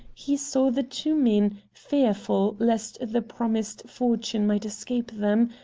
he saw the two men, fearful lest the promised fortune might escape them,